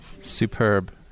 Superb